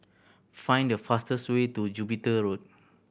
find the fastest way to Jupiter Road